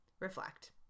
Reflect